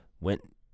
went